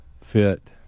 fit